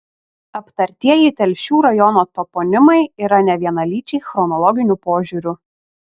aptartieji telšių rajono toponimai yra nevienalyčiai chronologiniu požiūriu